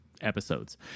episodes